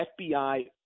FBI